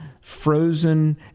frozen